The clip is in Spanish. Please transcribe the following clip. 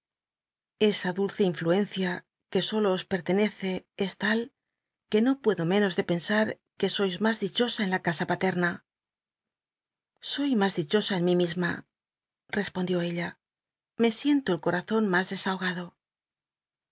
sa dulce inll uencia que solo os pertenece es tal que no puedo menos de pensar que sois mas dichosa en la casa palema espondió soy mas dichosa en mí misma respondió ella me siento el corazon mas desaho